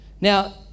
Now